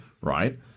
right